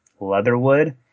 Leatherwood